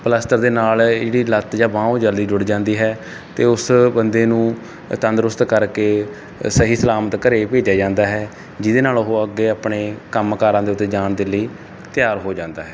ਪਲਸਤਰ ਦੇ ਨਾਲ ਇਹਦੀ ਲੱਤ ਜਾਂ ਬਾਂਹ ਉਹ ਜਲਦੀ ਜੁੜ ਜਾਂਦੀ ਹੈ ਅਤੇ ਉਸ ਬੰਦੇ ਨੂੰ ਤੰਦਰੁਸਤ ਕਰਕੇ ਸਹੀ ਸਲਾਮਤ ਘਰ ਭੇਜਿਆ ਜਾਂਦਾ ਹੈ ਜਿਹਦੇ ਨਾਲ ਉਹ ਅੱਗੇ ਆਪਣੇ ਕੰਮ ਕਾਰਾਂ ਦੇ ਉੱਤੇ ਜਾਣ ਦੇ ਲਈ ਤਿਆਰ ਹੋ ਜਾਂਦਾ ਹੈ